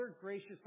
gracious